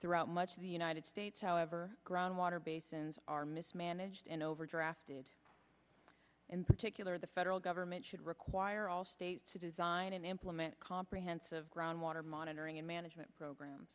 throughout much of the united states however groundwater basins are mismanaged and over drafted in particular the federal government should require all states to design and implement comprehensive groundwater monitoring and management program